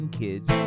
kids